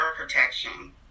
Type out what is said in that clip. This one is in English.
protection